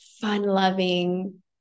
fun-loving